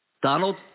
Donald